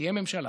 כשתהיה ממשלה